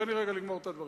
תן לי רגע לגמור את הדברים.